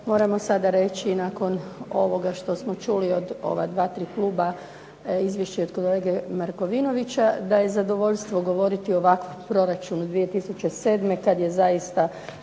moramo sada reći nakon ovoga što smo čuli od ova dva, tri kluba izvješće od kolege Markovinovića, da je zadovoljstvo govoriti o ovakvom proračunu 2007. kada je zaista,